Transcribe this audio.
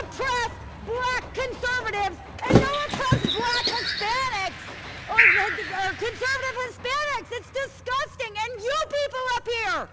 oppressed black conservatives and no oppressed black hispanics or conservative hispanics. it's disgusting. and you people up here,